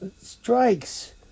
Strikes